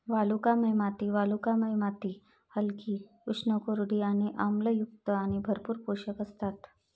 वालुकामय माती वालुकामय माती हलकी, उष्ण, कोरडी आणि आम्लयुक्त आणि भरपूर पोषक असतात